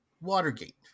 Watergate